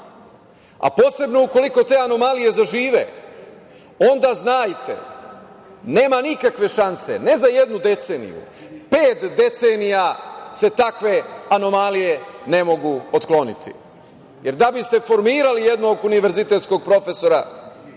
a posebno ukoliko te anomalije zažive, onda znajte nema nikakve šanse, ne za jednu deceniju, pet decenija se takve anomalije ne mogu otkloniti. Da biste formirali jednog univerzitetskog profesora